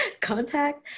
contact